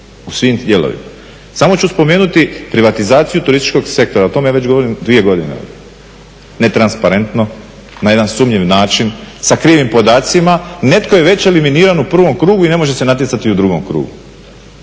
u svim dijelovima. Samo ću spomenuti privatizaciju turističkog sektora, o tome već govorim 2 godine. Netransparentno na jedan sumnjiv način sa krivim podacima netko je već eliminiran u prvom krugu i ne može se natjecati u drugom krugu.